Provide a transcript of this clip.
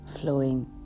Flowing